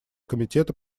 комитета